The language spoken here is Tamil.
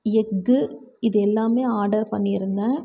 எக்கு இது எல்லாமே ஆர்டர் பண்ணியிருந்தேன்